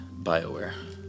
Bioware